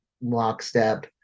lockstep